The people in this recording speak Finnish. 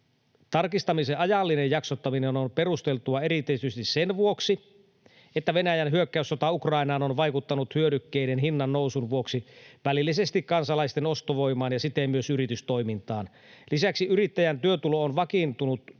tarkistamisen ajallinen jaksottaminen on perusteltua erityisesti sen vuoksi, että Venäjän hyökkäyssota Ukrainaan on vaikuttanut hyödykkeiden hinnannousun vuoksi välillisesti kansalaisten ostovoimaan ja siten myös yritystoimintaan. Lisäksi yrittäjän työtulo on vakiintunut